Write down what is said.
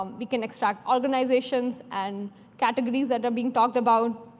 um we can extract organizations and categories that are being talked about.